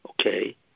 okay